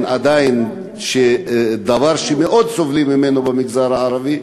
עדיין בדבר שמאוד סובלים ממנו במגזר הערבי,